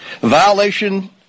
violation